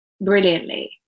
brilliantly